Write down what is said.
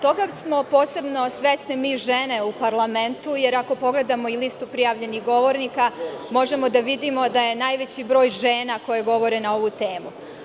Toga smo posebno svesne mi žene u parlamentu, jer ako pogledamo i listu prijavljenih govornika, možemo da vidimo da je najveći broj žena koje govore na ovu temu.